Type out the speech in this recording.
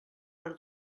per